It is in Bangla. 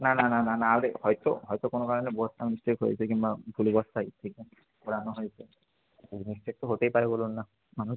না না না না না আরে হয়তো হয়তো কোনো কারণে বস্তা মিসটেক হয়েছে কিংবা ভুলে বস্তায় থেকে করানো হয়েছে ওতো মিসটেক তো হতেই পারে বলুন না মানুষ